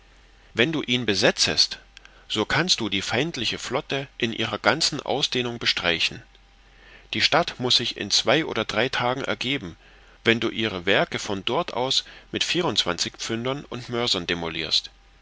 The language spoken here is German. wenn du ihn besetzest so kannst du die feindliche flotte in ihrer ganzen ausdehnung bestreichen die stadt muß sich in zwei oder drei tagen ergeben sobald du ihre werke von dort aus mit vierundzwanzigpfündern und mörsern demolirst